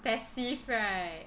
passive right